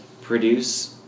produce –